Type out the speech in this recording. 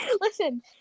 listen